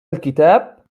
الكتاب